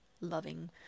loving